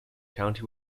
county